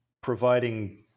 providing